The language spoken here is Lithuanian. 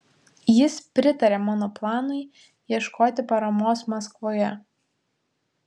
jis pritarė mano planui ieškoti paramos maskvoje